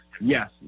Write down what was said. yes